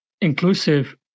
inclusive